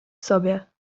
sobie